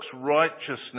righteousness